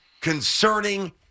concerning